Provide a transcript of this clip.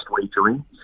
wagering